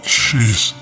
jeez